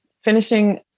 finishing